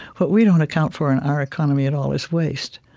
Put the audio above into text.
what we don't account for in our economy at all is waste.